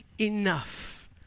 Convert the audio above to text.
enough